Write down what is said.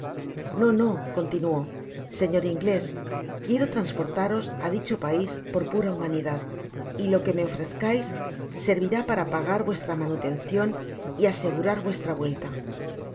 no no continuó señor inglés quiero transportaros á dicho pais por pura humanidad y lo que me ofrezcais servirá para pagar vuestra manutencion y asegurar vuestra vuelta